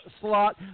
slot